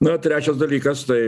na trečias dalykas tai